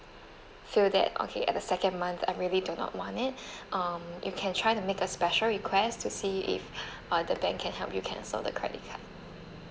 feel that okay at the second month I really do not want it um you can try to make a special request to see if uh the bank can help you cancel the credit card